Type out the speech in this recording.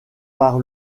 par